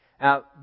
Now